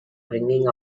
bringing